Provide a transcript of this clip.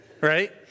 Right